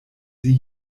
sie